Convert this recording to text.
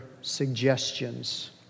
suggestions